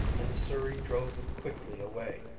and the surrey drove quickly away,